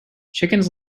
chickens